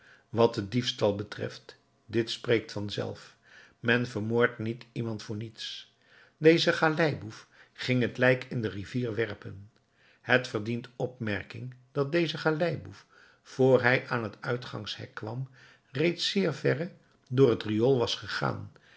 wat den diefstal betreft dit spreekt vanzelf men vermoordt niet iemand voor niets deze galeiboef ging het lijk in de rivier werpen het verdient opmerking dat deze galeiboef vr hij aan het uitgangshek kwam reeds zeer verre door het riool was gegaan